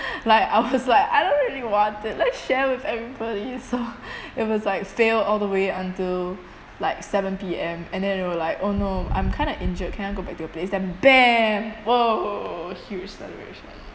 like I was like I don't really want it let's share with everybody so it was like fail all the way until like seven P_M and then they were like oh no I'm kind of injured can I go back to your place then bam !whoa! huge celebration